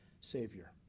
Savior